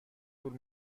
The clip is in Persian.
طول